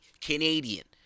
Canadian